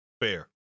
Fair